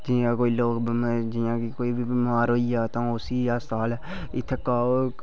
जि'यां कोई लोक बम जि'यां कि कोई बिमार होई गेआ तां उसी अस्पताल इत्थै को